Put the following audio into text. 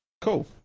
cool